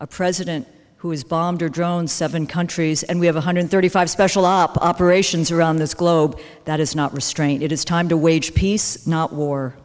a president who has bombed or drone seven countries and we have one hundred thirty five special operations around this globe that is not restraint it is time to wage peace not war